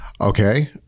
Okay